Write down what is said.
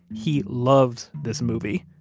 he loves this movie.